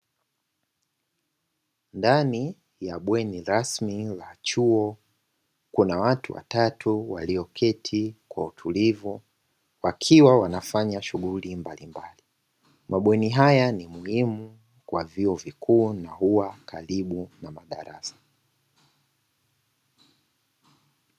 Ndani ya bweni rasmi la chuo, kuna watu watatu walioketi kwa utulivu wakiwa wanafanya shughuli mbalimbali. Mabweni haya ni muhimu kwa vyuo vikuu na huwa karibu na madarasa.